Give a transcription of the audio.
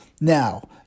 Now